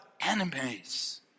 enemies